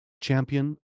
Champion